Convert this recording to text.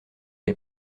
les